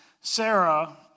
Sarah